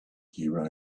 here